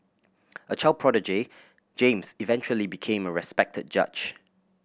a child prodigy James eventually became a respected judge